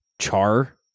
char